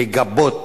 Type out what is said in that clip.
לגבות